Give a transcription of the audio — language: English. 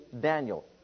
Daniel